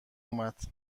اومد